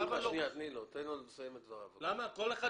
למה לא.